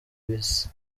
bisi